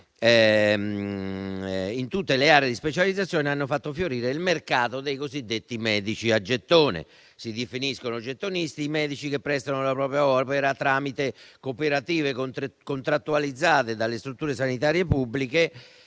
in tutte le aree di specializzazione il mercato dei cosiddetti medici a gettone. Si definiscono gettonisti i medici che prestano la propria opera tramite cooperative contrattualizzate dalle strutture sanitarie pubbliche